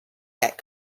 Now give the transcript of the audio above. yet